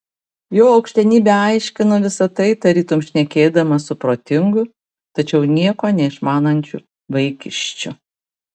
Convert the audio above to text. jo aukštenybė aiškino visa tai tarytum šnekėdamas su protingu tačiau nieko neišmanančiu vaikiščiu